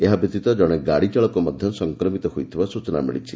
ଏହା ବ୍ୟତୀତ ଜଣେ ଗାଡ଼ିଚାଳକ ମଧ୍ଧ ସଂକ୍ରମିତ ହୋଇଥିବା ସ୍ଚନା ମିଳିଛି